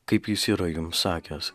kaip jis yra jums sakęs